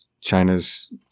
China's